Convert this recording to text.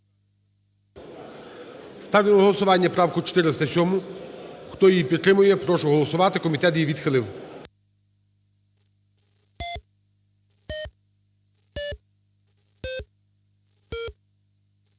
Ставлю на голосування правку 409. Хто її підтримує, я прошу проголосувати. Комітет її відхилив.